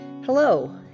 Hello